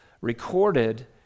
recorded